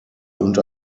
und